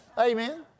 Amen